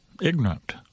ignorant